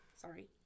Sorry